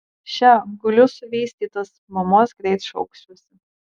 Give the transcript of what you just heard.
še guliu suvystytas mamos greit šauksiuosi